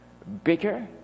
Bigger